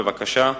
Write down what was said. בבקשה.